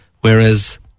Whereas